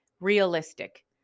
realistic